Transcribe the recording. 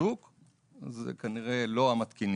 בשוק זה כנראה לא המתקינים.